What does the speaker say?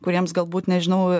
kuriems galbūt nežinau